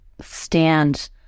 stand